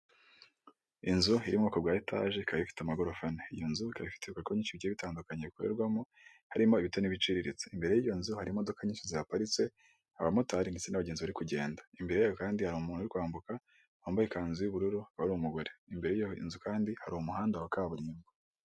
Inzu iri mu bwoko bwa etage ikaba ifite amagorofa ane iyo nzu ikaba ifite ibikorwa byinshi bigiye bitandukanye bikorerwamo harimo ibito n'ibiciriritse imbere y'iyo nzu hari imodoka nyinshi zaparitse, abamotari ndetse n'abagenzi bari kugenda imbere yayo kandi hari umuntu uri kwambuka wambaye ikanzu y'ubururu wari umugore imbere yiyo nzu kandi hari umuhanda wa kaburimbo.